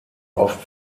oft